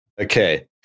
okay